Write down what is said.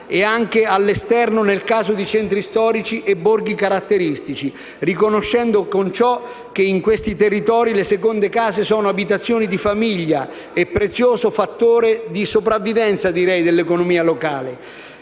e anche all'esterno, nel caso di centri storici e borghi caratteristici, riconoscendo con ciò che in questi territori le seconde case sono abitazioni di famiglia e prezioso fattore di sopravvivenza dell'economia locale;